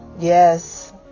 Yes